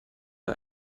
der